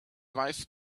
wife